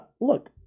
Look